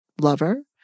lover